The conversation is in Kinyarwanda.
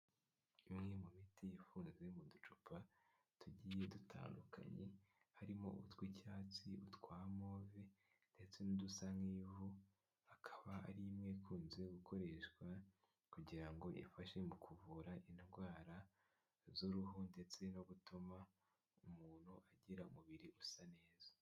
Imwe mu miti ifunze mu ducupa tugiye dutandukanye harimo utw'icyatsi utwa move ndetse n'udusa nk'ivu, akaba ari imwe ikunze gukoreshwa kugira ngo ifashe mu kuvura indwara z'uruhu, ndetse no gutuma umuntu agira umubiri usa neza.